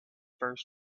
first